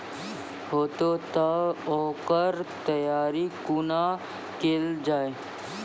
हेतै तअ ओकर तैयारी कुना केल जाय?